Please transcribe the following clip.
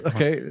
Okay